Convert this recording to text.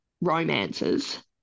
romances